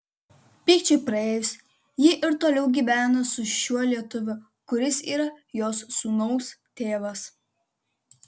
pykčiui praėjus ji ir toliau gyvena su šiuo lietuviu kuris yra jos sūnaus tėvas